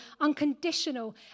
unconditional